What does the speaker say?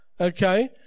okay